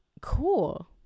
Cool